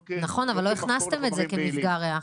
נכון, אבל לא הכנסתם את זה כמפגע ריח.